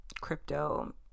crypto